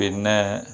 പിന്നെ